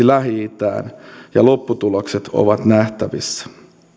lähi itään ja lopputulokset ovat nähtävissä